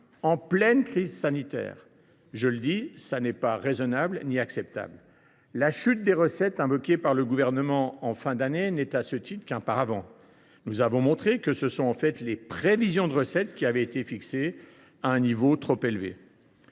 en pleine crise sanitaire. Je le dis : ce n’est ni raisonnable ni acceptable. La chute des recettes invoquée par le Gouvernement en fin d’année n’est qu’un paravent : nous avons montré que ce sont en fait les prévisions de recettes qui avaient été fixées à un niveau trop élevé.